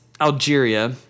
Algeria